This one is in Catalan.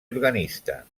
organista